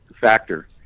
factor